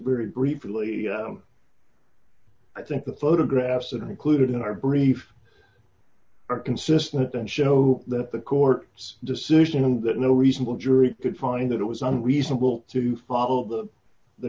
very briefly i think the photographs and included in our brief are consistent and show that the court's decision and that no reasonable jury could find that it was unreasonable to follow the the